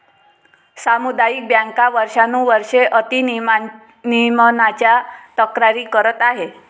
सामुदायिक बँका वर्षानुवर्षे अति नियमनाच्या तक्रारी करत आहेत